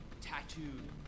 tattooed